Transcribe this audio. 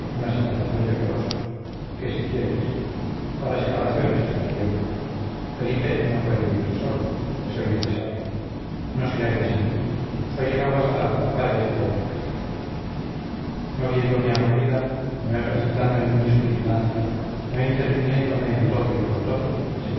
una separación decorosa que si quieres para separaciones está el tiempo felipe no puede vivir solo le soy necesaria no se halla sin mí soy el agua salada para ese pobre pez no viéndome aburrida no ejercitando en mí su vigilancia no interviniéndome en todo y por todo se muere